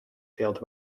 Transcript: field